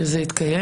כך שזה יתקיים.